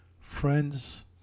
Friends